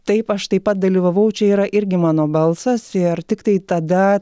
taip aš taip pat dalyvavau čia yra irgi mano balsas ir tiktai tada